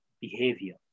behavior